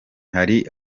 hari